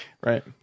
Right